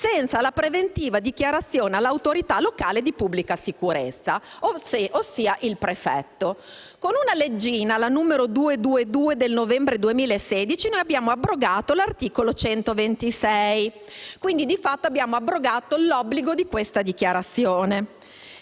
senza la preventiva dichiarazione all'autorità locale di pubblica sicurezza, ossia il prefetto. Con una leggina, il decreto legislativo n. 222 del novembre 2016, abbiamo abrogato l'articolo 126, di fatto abrogando l'obbligo di questa dichiarazione.